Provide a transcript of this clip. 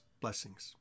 Blessings